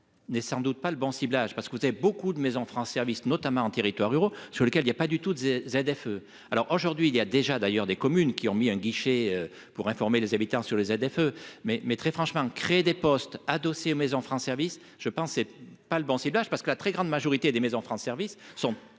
n'est sans doute pas le bon ciblage parce que vous avez beaucoup de maison France service notamment en territoires ruraux sur lequel il y a pas du tout de ces ZFE alors aujourd'hui il y a déjà d'ailleurs des communes qui ont mis un guichet pour informer les habitants sur les ZFE, mais, mais, très franchement, créer des postes adossé maison France service je pense, c'est pas le bon ciblage parce que la très grande majorité des Maisons France services sont